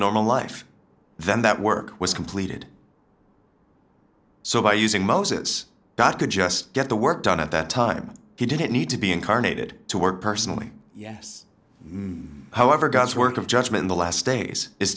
normal life then that work was completed so by using moses dot could just get the work done at that time he didn't need to be incarnated to work personally yes however god's work of judgment in the last days is